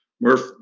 Murph